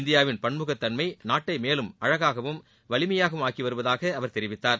இந்தியாவின் பன்முகத்தன்மை நாட்டை மேலும் அழகாகவும் வலிமையாகவும் ஆக்கி வருவதாக அவர் தெரிவித்தார்